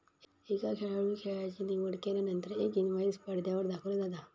एका खेळाडूं खेळाची निवड केल्यानंतर एक इनवाईस पडद्यावर दाखविला जाता